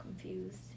confused